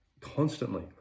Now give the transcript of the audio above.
constantly